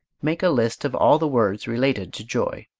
make a list of all the words related to joy.